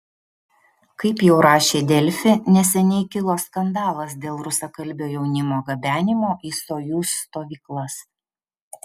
kaip jau rašė delfi neseniai kilo skandalas dėl rusakalbio jaunimo gabenimo į sojuz stovyklas